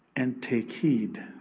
and take heed